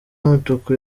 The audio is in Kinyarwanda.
y’umutuku